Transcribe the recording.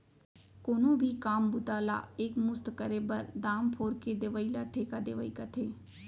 कोनो भी काम बूता ला एक मुस्त करे बर, दाम फोर के देवइ ल ठेका देवई कथें